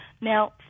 Now